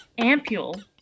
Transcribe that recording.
ampule